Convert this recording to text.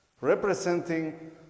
representing